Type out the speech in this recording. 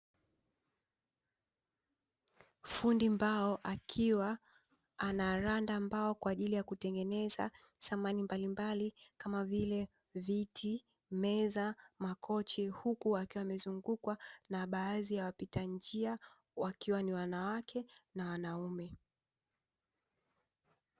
Fundi mbao akiwa anaranda mbao kwa ajili ya kutengeneza samani mbalimbali kama vile: viti, meza, makochi; huku wakiwa wamezungukwa na baadhi ya wapita njia wakiwa ni wanawake na wanaume.